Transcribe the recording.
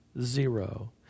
zero